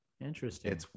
Interesting